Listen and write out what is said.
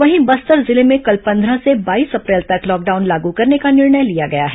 वहीं बस्तर जिले में कल पंद्रह से बाईस अप्रैल तक लॉकडाउन लागू करने का निर्णय लिया गया है